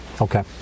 Okay